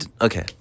Okay